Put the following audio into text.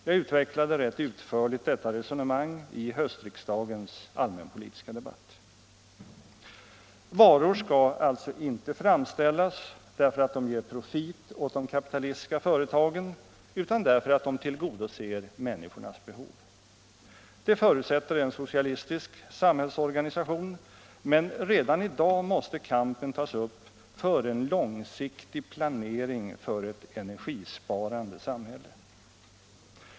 Jag utvecklade rätt utförligt detta resonemang i höstriksdagens allmänpolitiska debatt. Varor skall inte framställas därför att de ger profit åt de kapitalistiska företagen, utan därför att de tillgodoser människornas behov. Det förutsätter en socialistisk samhällsorganisation, men redan i dag måste kampen tas upp för en långsiktig planering för ett energisparande samhälle.